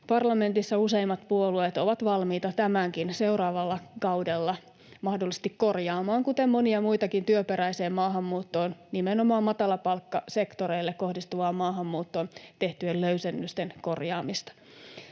Parlamentissa useimmat puolueet ovat valmiita tämänkin seuraavalla kaudella mahdollisesti korjaamaan, kuten monien muidenkin työperäiseen maahanmuuttoon, nimenomaan matalapalkkasektoreille kohdistuvaan maahanmuuttoon, tehtyjen löysennysten korjaamiseen.